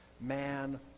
man